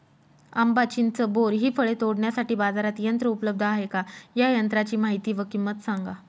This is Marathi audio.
आंबा, चिंच, बोर हि फळे तोडण्यासाठी बाजारात यंत्र उपलब्ध आहेत का? या यंत्रांची माहिती व किंमत सांगा?